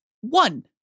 one